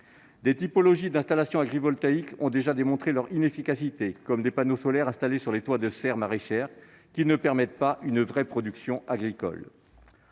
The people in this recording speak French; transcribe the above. types d'installations agrivoltaïques ont déjà démontré leur inefficacité, comme les panneaux solaires installés sur les toits de serres maraîchères, qui ne permettent pas une vraie production agricole.